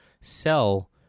sell